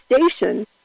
station